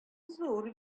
зур